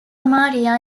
maria